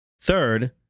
Third